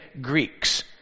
Greeks